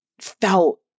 felt